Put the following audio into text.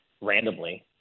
randomly